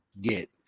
get